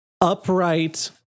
upright